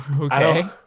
okay